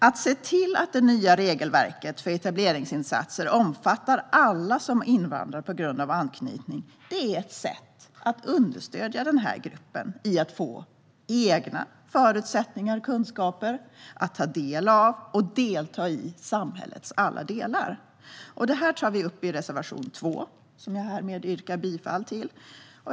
Att se till att det nya regelverket för etableringsinsatser omfattar alla som invandrar på grund av anknytning är ett sätt att understödja denna grupp i att få egna förutsättningar och kunskaper och att ta del av och delta i samhällets alla delar. Detta tar vi upp i reservation 3, som jag härmed yrkar bifall till.